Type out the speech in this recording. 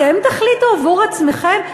אתם תחליטו עבור עצמכם?